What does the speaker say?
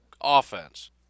offense